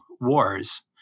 wars